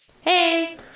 Hey